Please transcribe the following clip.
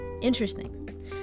interesting